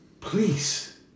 Please